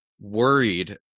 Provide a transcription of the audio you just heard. worried